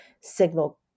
signal